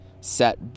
set